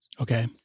Okay